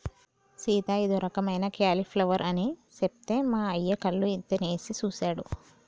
సీత ఇదో రకమైన క్యాలీఫ్లవర్ అని సెప్తే మా అయ్య కళ్ళు ఇంతనేసి సుసాడు